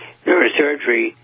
neurosurgery